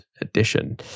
edition